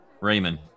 Raymond